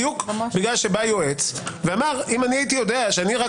בדיוק בגלל שבא יועץ ואמר: לו ידעתי שאני רק